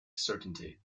certainty